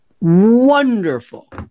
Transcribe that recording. Wonderful